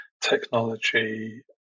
technology